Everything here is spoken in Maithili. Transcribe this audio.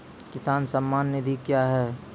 किसान सम्मान निधि क्या हैं?